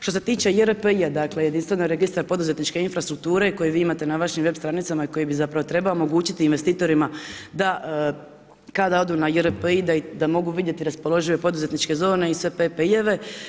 Što se tiče JRPI-a dakle jedinstvenog registra poduzetničke infrastrukture koji vi imate na vašim web stranicama i koji bi zapravo trebao omogućiti investitorima da kada odu na JRPI da mogu vidjeti raspoložive poduzetničke zone i sve PPI-eve.